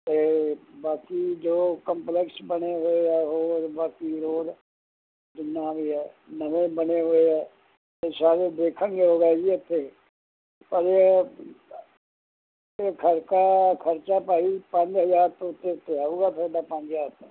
ਅਤੇ ਬਾਕੀ ਜੋ ਕੰਪਲੈਕਸ ਬਣੇ ਹੋਏ ਆ ਉਹ ਬਾਕੀ ਰੋਡ ਜਿੰਨਾ ਵੀ ਹੈ ਨਵੇਂ ਬਣੇ ਹੋਏ ਆ ਅਤੇ ਸਾਰੇ ਦੇਖਣਯੋਗ ਹੈ ਜੀ ਇੱਥੇ ਪਰ ਇਹ ਇਹ ਖਰਕਾ ਖਰਚਾ ਭਾਈ ਪੰਜ ਹਜ਼ਾਰ ਤੋਂ ਉੱਤੇ ਉੱਤੇ ਆਊਗਾ ਤੁਹਾਡਾ ਪੰਜ ਹਜ਼ਾਰ ਤੋਂ